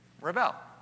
Rebel